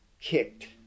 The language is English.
kicked